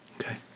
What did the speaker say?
Okay